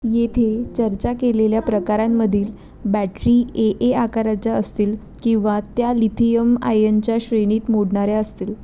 येथे चर्चा केलेल्या प्रकारांमधील बॅटरी ए ए आकाराच्या असतील किंवा त्या लिथियम आयनच्या श्रेणीत मोडणाऱ्या असतील